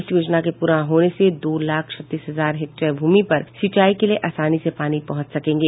इस योजना के पूरा होने से दो लाख छत्तीस हजार हेक्टेयर भूमि पर सिंचाई के लिए आसानी से पानी पहुंच सकेंगे